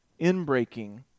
inbreaking